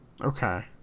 Okay